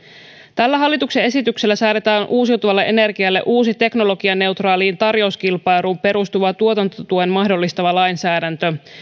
tällä hallituksen esityksellä säädetään uusiutuvalle energialle uusi teknologianeutraaliin tarjouskilpailuun perustuvan tuotantotuen mahdollistava lainsäädäntö